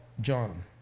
John